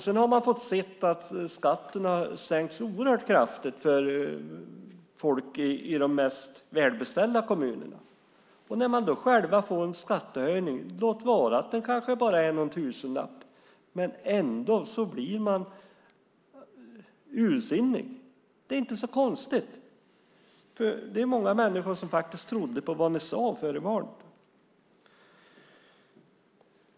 Sedan har man fått se att skatten har sänkts oerhört kraftigt för folk i de mest välbeställda kommunerna. När man då själv får en skattehöjning - låt vara att den kanske bara är någon tusenlapp - blir man ursinnig. Det är inte så konstigt. Det är många människor som faktiskt trodde på vad ni sade före valet.